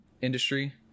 industry